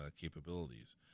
capabilities